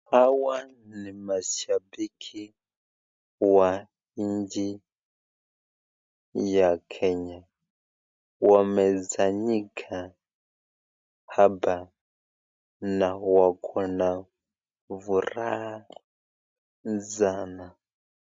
Hawa ni mashabiki wa nchi ya Kenya. Wamesanyika hapa na wako na furaha sana.